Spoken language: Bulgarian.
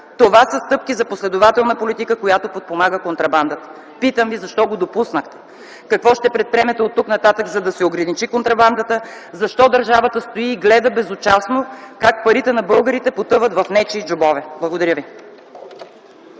Това са стъпки за последователна политика, която подпомага контрабандата. Питам ви: Защо го допуснахте? Какво ще предприемете оттук нататък, за да се ограничи контрабандата? Защо държавата стои и гледа безучастно как парите на българите потъват в нечии джобове? Благодаря.